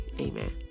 Amen